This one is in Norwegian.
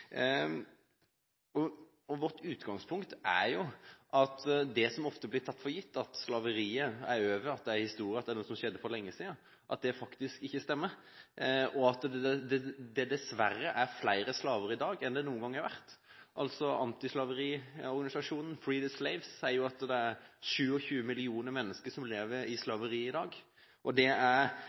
som ofte blir tatt for gitt, at slaveriet er over, at det er historie, at det er noe som skjedde for lenge siden, faktisk ikke stemmer, og at det dessverre er flere slaver i dag enn det noen gang har vært. Antislaveriorganisasjonen Free the Slaves sier at det er 27 millioner mennesker som lever i slaveri i dag, og